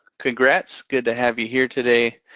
congrats, good to have you here today.